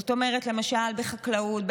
זאת אומרת למשל בחקלאות,